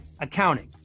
Accounting